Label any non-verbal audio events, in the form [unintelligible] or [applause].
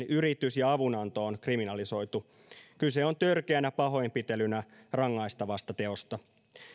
[unintelligible] yritys ja avunanto on kriminalisoitu kyse on törkeänä pahoinpitelynä rangaistavasta teosta